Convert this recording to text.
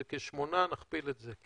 זה כשמונה נכפיל את זה.